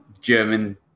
German